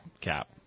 cap